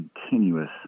continuous